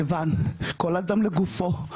כיוון שכל אדם לגופו,